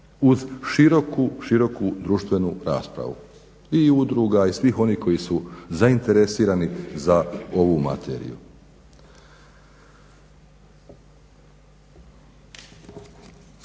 uz široku, široku društvenu raspravu i udruga i svih onih koji su zainteresirani za ovu materiju.